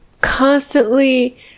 constantly